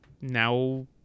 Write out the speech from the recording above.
now